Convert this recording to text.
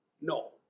No